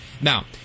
Now